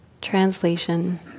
translation